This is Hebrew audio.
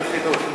אני, חינוך.